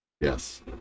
Yes